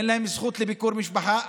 אין להם זכות לביקור משפחה.